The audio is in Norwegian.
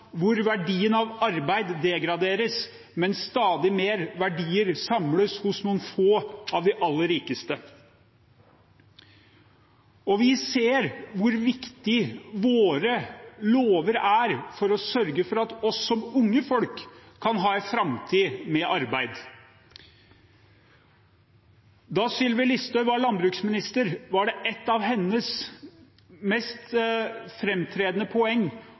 hvor verdien av arbeid degraderes, mens stadig mer verdier samles hos noen få av de aller rikeste. Og vi ser hvor viktige våre lover er for å sørge for at også unge folk kan ha en framtid med arbeid. Da Sylvi Listhaug var landbruksminister, var det et av hennes mest